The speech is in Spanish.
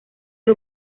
del